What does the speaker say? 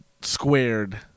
squared